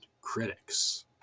critics